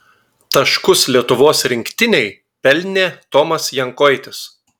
taškus lietuvos rinktinei pelnė tomas jankoitis